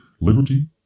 liberty